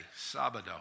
Sabado